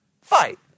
Fight